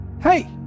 Hey